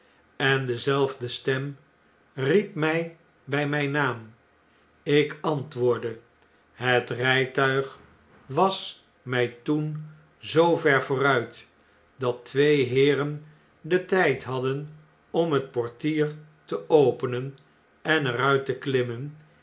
en dezelfde stem riep mij bij mjjn naam ik antwoordde het rjjtuig was mij toen zoo ver vooruit dat twee heeren den t jd hadden om het portier te openen en er uit te klimmen